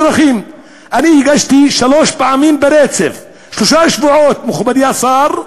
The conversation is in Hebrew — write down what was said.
הגשתי שלוש פעמים ברצף, שלושה שבועות, מכובדי השר,